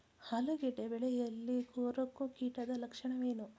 ಆಲೂಗೆಡ್ಡೆ ಬೆಳೆಯಲ್ಲಿ ಕೊರಕ ಕೀಟದ ಲಕ್ಷಣವೇನು?